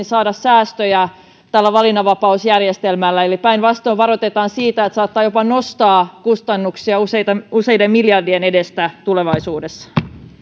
saada säästöjä tällä valinnanvapausjärjestelmällä eli päinvastoin varoitetaan siitä että se saattaa jopa nostaa kustannuksia useiden miljardien edestä tulevaisuudessa